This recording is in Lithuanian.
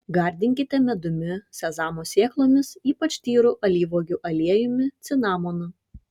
gardinkite medumi sezamo sėklomis ypač tyru alyvuogių aliejumi cinamonu